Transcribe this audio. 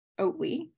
oatly